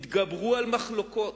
התגברו על מחלוקות,